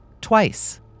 twice